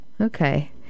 Okay